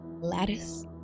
lattice